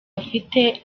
afite